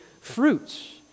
fruits